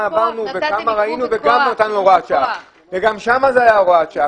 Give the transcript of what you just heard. וגם שם זה היה הוראת שעה.